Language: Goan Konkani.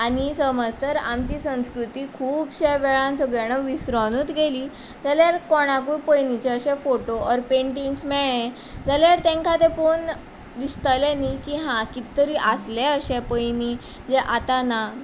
आनी समज तर आमची संस्कृती खुबश्या वेळान सगळी जाणा विसरोनूच गेलीं जाल्यार कोणाकूच पयनींचें अशे फोटो ओर पेंटींग्स मेळ्ळें जाल्यार तांकां पळोन दिसतलें न्ही की हा किदें तरी आसलें अशें पयनीं जें आतां ना